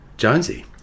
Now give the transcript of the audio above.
Jonesy